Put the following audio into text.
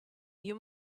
you